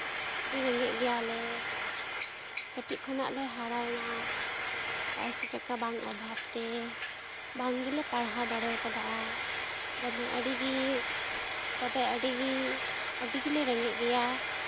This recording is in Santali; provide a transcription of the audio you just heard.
ᱟᱹᱰᱤ ᱨᱮᱸᱜᱮᱡ ᱜᱮᱭᱟᱞᱮ ᱠᱟᱹᱴᱤᱡ ᱠᱷᱚᱱᱟᱜ ᱞᱮ ᱦᱟᱨᱟᱭᱮᱱᱟ ᱯᱚᱭᱥᱟ ᱴᱟᱠᱟ ᱵᱟᱝ ᱚᱵᱷᱟᱵᱽ ᱛᱮ ᱵᱟᱝ ᱜᱮᱞᱮ ᱯᱟᱲᱦᱟᱣ ᱫᱟᱲᱮ ᱠᱟᱫᱟ ᱫᱚᱢᱮ ᱟᱹᱰᱤᱜᱮ ᱛᱚᱵᱮ ᱟᱹᱰᱤᱜᱮ ᱟᱹᱰᱤ ᱜᱮᱞᱮ ᱨᱮᱸᱜᱮᱡ ᱜᱮᱭᱟ